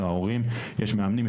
ההורים יש מאמנים.